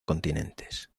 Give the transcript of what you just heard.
continentes